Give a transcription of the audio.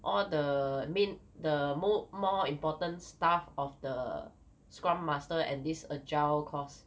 all the main the mor~ more important stuff of the scrum master and this agile course